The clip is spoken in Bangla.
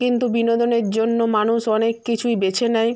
কিন্তু বিনোদনের জন্য মানুষ অনেক কিছুই বেছে নেয়